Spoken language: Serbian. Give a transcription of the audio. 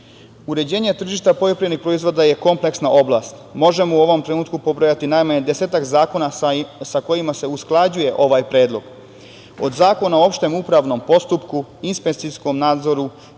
EU.Uređenje tržišta poljoprivrednih proizvoda je kompleksa oblast. Možemo u ovom trenutku pobrojati najmanje desetak zakona sa kojima se usklađuje ovaj Predlog - od Zakona o opštem upravnom postupku, inspekcijskom nadzoru,